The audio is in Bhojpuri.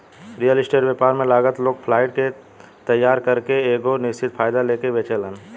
रियल स्टेट व्यापार में लागल लोग फ्लाइट के तइयार करके एगो निश्चित फायदा लेके बेचेलेन